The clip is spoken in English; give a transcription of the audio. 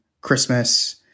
Christmas